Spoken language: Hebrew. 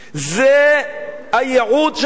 זה הייעוד של ממשלה.